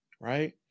Right